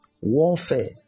warfare